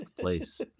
place